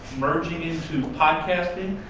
merging into podcasting.